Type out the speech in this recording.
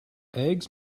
eggs